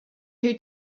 who